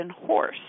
horse